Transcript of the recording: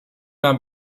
man